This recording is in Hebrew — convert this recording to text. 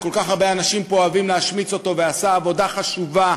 שכל כך הרבה אנשים פה אוהבים להשמיץ ועשה עבודה חשובה,